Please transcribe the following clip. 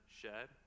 shed